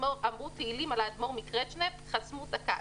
אמרו תהלים על האדמו"ר מקרצ'נב חסמו את הקו,